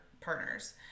partners